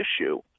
issue